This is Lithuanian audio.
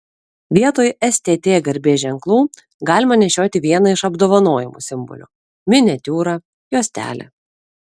vietoj stt garbės ženklų galima nešioti vieną iš apdovanojimų simbolių miniatiūrą juostelę